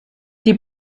die